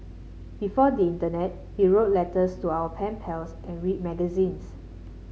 before the internet we wrote letters to our pen pals and read magazines